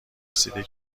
رسیده